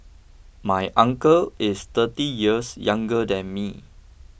my uncle is thirty years younger than me